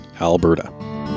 Alberta